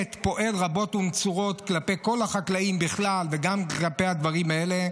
שבאמת פועל רבות ונצורות כלפי כל החקלאים בכלל וגם כלפי הדברים האלה,